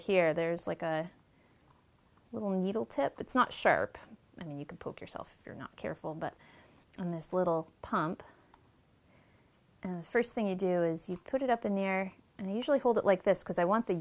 here there's like a little needle tip that's not sharp and you can poke yourself you're not careful but on this little pump the first thing you do is you put it up in there and they usually hold it like this because i want the